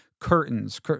Curtains